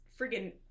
freaking